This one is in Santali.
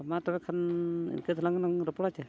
ᱢᱟ ᱛᱚᱵᱮᱠᱷᱟᱱ ᱤᱱᱠᱟᱹ ᱫᱷᱟᱨᱟ ᱜᱮᱞᱟᱝ ᱨᱚᱯᱚᱲᱟ ᱪᱮ